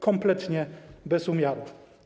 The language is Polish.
Kompletnie bez umiaru.